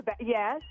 Yes